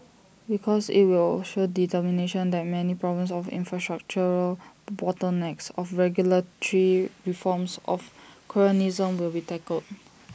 because IT will show determination that many problems of infrastructural bottlenecks of regulatory reforms of cronyism will be tackled